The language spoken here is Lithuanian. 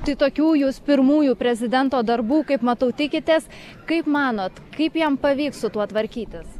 tai tokių jūs pirmųjų prezidento darbų kaip matau tikitės kaip manot kaip jam pavyks su tuo tvarkytis